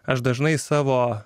aš dažnai savo